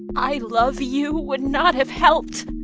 i love you would not have helped